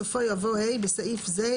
בסופו יבוא: "(ה) בסעיף זה,